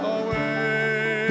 away